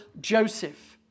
Joseph